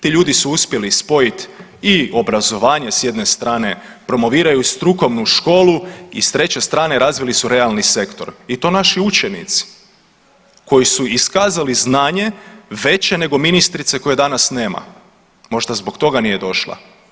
Ti ljudi su uspjeli spojit i obrazovanje s jedne strane promoviraju strukovnu školu i s treće strane razvili su realni sektor i to naši učenici koji su iskazali znanje veće nego ministrice koje danas nema, možda zbog toga nije došla.